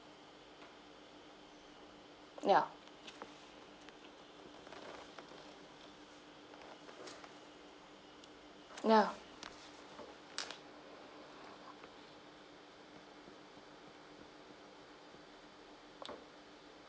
ya ya